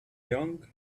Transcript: young